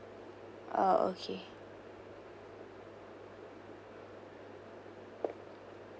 ah okay mm